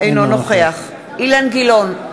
אינו נוכח אילן גילאון,